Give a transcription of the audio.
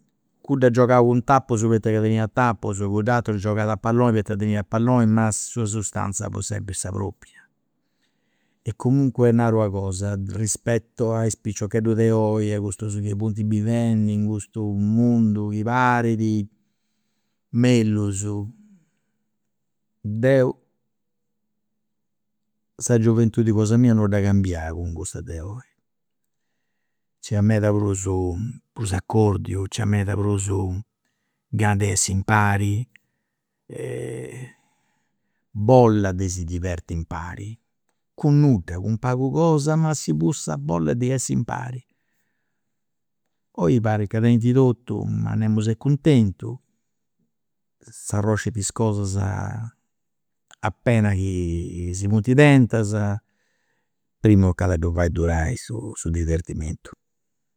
Cussu at giogau cun tapus poita ca teniat tapus cudd'ateru giogat a palloni poita teniat palloni ma sa sustanzia fiat sempri sa propria e comunque naru una cosa rispetto a is piciocheddus de oi ai custus chi funt bivendi in custu mundu chi parit mellus. Deu sa gioventudi cosa mia non dda cambiu cun cussa di oi, nci at meda prus prus accordiu, nc'at meda prus gana di essi impari e bolla de si diverti impari cun nudda, cun pagu cosa ma si fut sa bolla di essiri impari. Oi parrit chi tenint totu ma nemus est cuntentu, s'arroxint is cosas appena chi si funt tentas, prima toccat a ddu fai durai su su divertimentu